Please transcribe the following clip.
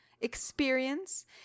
experience